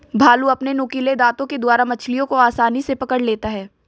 भालू अपने नुकीले दातों के द्वारा मछलियों को आसानी से पकड़ लेता है